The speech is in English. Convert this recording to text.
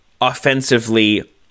offensively